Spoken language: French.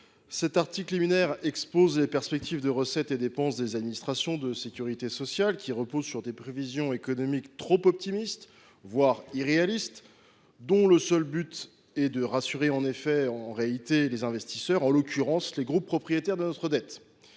Cet article liminaire expose les perspectives de recettes et de dépenses des administrations de sécurité sociale. Celles ci reposent sur des prévisions économiques trop optimistes, voire irréalistes, dont le seul but est de rassurer les investisseurs, en l’occurrence les groupes propriétaires de notre dette.